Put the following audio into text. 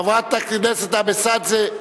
חברת הכנסת אבסדזה,